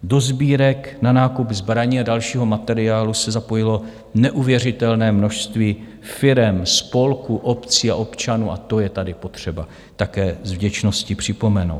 Do sbírek na nákup zbraní a dalšího materiálu se zapojilo neuvěřitelné množství firem, spolků, obcí a občanů a to je tady potřeba také s vděčností připomenout.